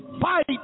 fight